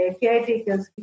caretakers